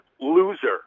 loser